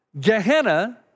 Gehenna